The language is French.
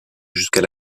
jusqu’à